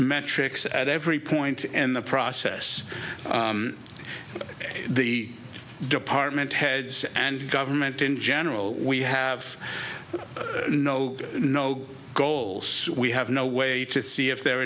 metrics at every point in the process the department heads and government in general we have no no goals we have no way to see if the